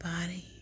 body